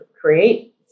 create